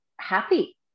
happy